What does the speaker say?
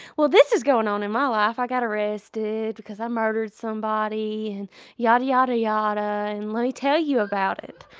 well, this is going on in my life. i got arrested because i murdered somebody. and yada, yada, yada. and let me tell you about it.